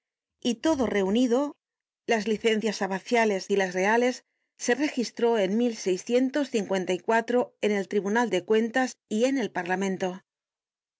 y todo reunido las licencias abaciales y las reales se registró en en el tribunal de cuentas y en el parlamento